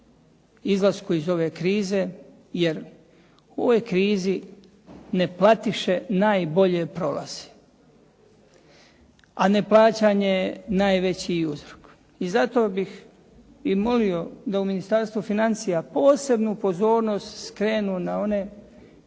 izlasku iz ove krize jer u ovoj krizi neplatiše najbolje prolaze, a neplaćanje je najveći uzrok. I zato bih i molio da u Ministarstvu financija posebnu pozornost skrenu na one